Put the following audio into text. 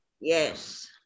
Yes